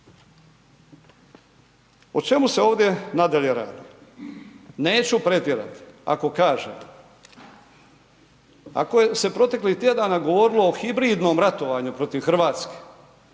O čemu se ovdje nadalje radi? Neću pretjerati ako kažem, ako je se proteklih tjedana govorilo o hibridnom ratovanju protiv RH,